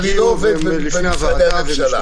אני לא עובד במשרדי הממשלה.